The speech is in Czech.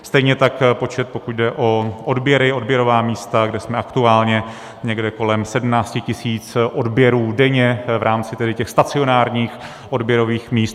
Stejně tak počet, pokud jde o odběry, odběrová místa, kde jsme aktuálně někde kolem 17 tisíc odběrů denně v rámci tedy těch stacionárních odběrových míst.